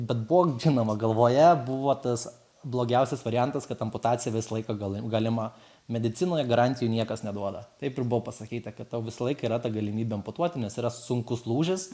bet buvo žinoma galvoje buvo tas blogiausias variantas kad amputacija visą laiką gali galima medicinoje garantijų niekas neduoda taip ir buvo pasakyta kad tau visą laiką yra ta galimybė amputuoti nes yra sunkus lūžis